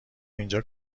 اینجا